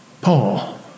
Paul